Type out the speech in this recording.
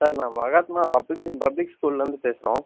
sir நான் Mahatma public public ஸ்கூல்லேருந்து பேசுகிறோம்